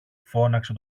φώναξε